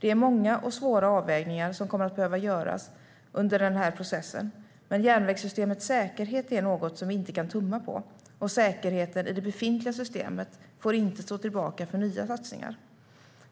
Det är många och svåra avvägningar som kommer att behöva göras under den här processen, men järnvägssystemets säkerhet är något som vi inte kan tumma på, och säkerheten i det befintliga systemet får inte stå tillbaka för nya satsningar.